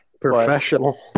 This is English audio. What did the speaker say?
professional